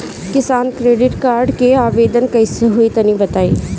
किसान credit card के आवेदन कईसे होई तनि बताई?